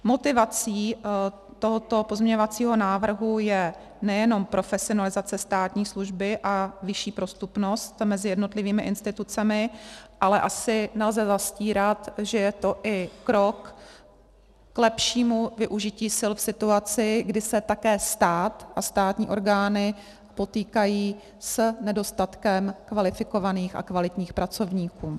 Motivací tohoto pozměňovacího návrhu je nejenom profesionalizace státní služby a vyšší prostupnost mezi jednotlivými institucemi, ale asi nelze zastírat, že je to i krok k lepšímu využití sil v situaci, kdy se také stát a státní orgány potýkají s nedostatkem kvalifikovaných a kvalitních pracovníků.